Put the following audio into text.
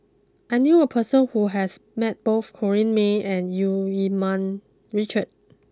I knew a person who has met both Corrinne May and Eu Keng Mun Richard